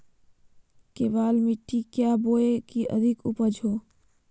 केबाल मिट्टी क्या बोए की अधिक उपज हो?